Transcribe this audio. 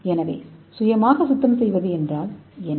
எனவே சுய சுத்தம் செய்யும் முறை என்றால் என்ன